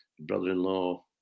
brother-in-law